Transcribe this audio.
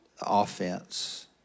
offense